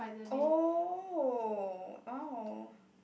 oh oh